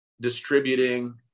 distributing